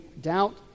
doubt